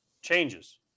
Changes